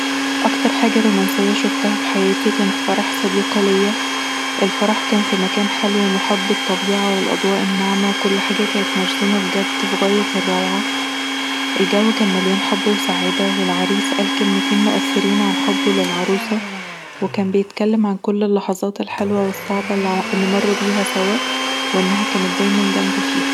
أكتر حاجه رومانسية شوفتها في حياتي كان في فرح صديقة ليا، الفرح كان في مكان حلو ومحاط بالطبيعه والاضواء الناعمه، كل حاجه كانت مرسومه بجد في غاية الروعه، الجو كان مليان حب وسعاده والعريس قال كلمتين مؤثرين عن حبه للعروسه وكان بيتكلم عن كل اللحظات الحلوه والصعبه اللي مروا بيها سوا وانها كانت دايما جنبه فيها